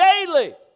Daily